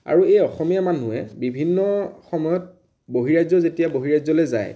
আৰু এই অসমীয়া মানুহে বিভিন্ন সময়ত বহিৰাজ্য় যেতিয়া বহিৰাজ্য়লৈ যায়